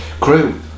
crew